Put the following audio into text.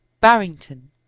Barrington